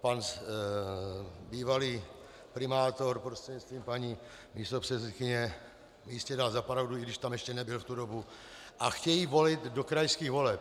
Pan bývalý primátor, prostřednictvím paní místopředsedkyně, mi jistě dá zapravdu, i když tam ještě nebyl v tu dobu, a chtějí volit do krajských voleb?